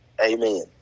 amen